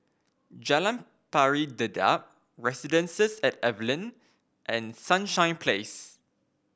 Jalan Pari Dedap Residences at Evelyn and Sunshine Place